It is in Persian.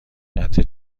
قطعه